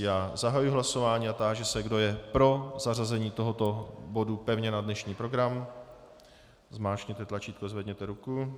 Já zahajuji hlasování a táži se, kdo je pro zařazení tohoto bodu pevně na dnešní program, zmáčkněte tlačítko, zvedněte ruku.